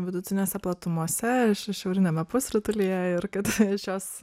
vidutinėse platumose ir š šiauriniame pusrutulyje ir kad šios